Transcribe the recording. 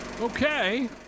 Okay